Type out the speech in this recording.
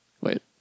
Wait